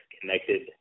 connected